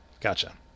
gotcha